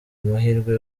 amahirwe